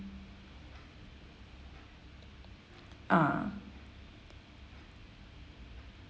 ah